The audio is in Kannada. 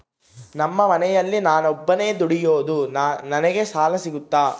ನಮ್ಮ ಮನೆಯಲ್ಲಿ ನಾನು ಒಬ್ಬನೇ ದುಡಿಯೋದು ನನಗೆ ಸಾಲ ಸಿಗುತ್ತಾ?